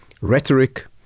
rhetoric